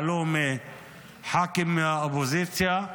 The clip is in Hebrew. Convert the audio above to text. העלו ח"כים מהאופוזיציה.